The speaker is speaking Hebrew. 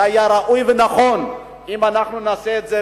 זה יהיה ראוי ונכון שנעשה את זה,